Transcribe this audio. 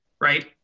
right